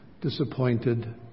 disappointed